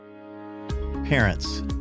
Parents